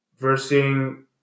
Versing